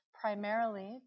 Primarily